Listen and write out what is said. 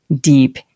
deep